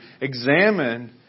examine